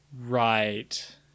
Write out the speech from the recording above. right